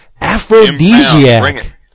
Aphrodisiac